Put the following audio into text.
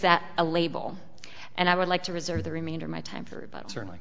that a label and i would like to reserve the remainder of my time for but certainly